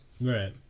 right